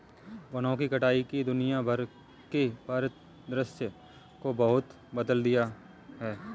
वनों की कटाई ने दुनिया भर के परिदृश्य को बहुत बदल दिया है